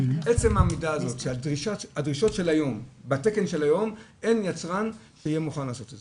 עצם הדרישות של היום בתקן של היום אין יצרן שיהיה מוכן לעשות את זה.